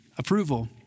approval